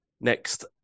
next